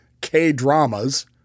K-dramas